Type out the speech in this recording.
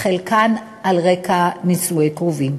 חלקן על רקע נישואי קרובים.